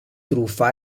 truffa